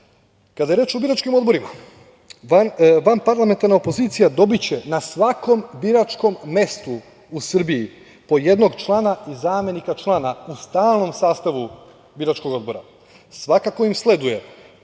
je reč o biračkim odborima, vanparlamentrana opozicija dobiće na svakom biračkom mestu u Srbiji po jednog člana i zamenika člana u stalnom sastavu biračkog odbora. Svakako im sleduje